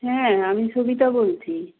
হ্যাঁ আমি সবিতা বলছি